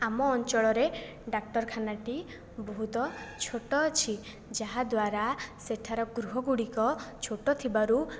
ଆମ ଅଞ୍ଚଳରେ ଡାକ୍ତରଖାନାଟି ବହୁତ ଛୋଟ ଅଛି ଯାହାଦ୍ୱାରା ସେଠାର ଗୃହଗୁଡ଼ିକ ଛୋଟ ଥିବାରୁ